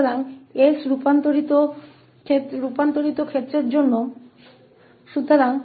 तो हमारे पास वास्तव में केवल एक चर होगा